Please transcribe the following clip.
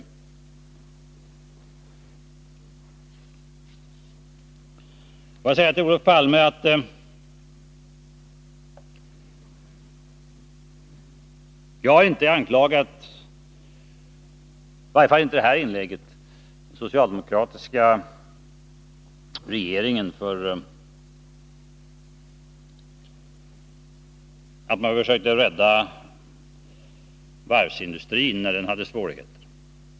Till Olof Palme vill jag säga att jag inte har anklagat den socialdemokratiska regeringen för att den försökte rädda varvsindustrin, när denna industri hade svårigheter.